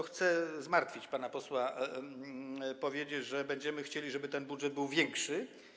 Chcę zmartwić pana posła, powiedzieć, że będziemy chcieli, żeby ten budżet był większy.